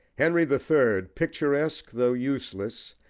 henry the third, picturesque though useless,